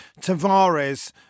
Tavares